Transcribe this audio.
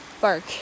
Bark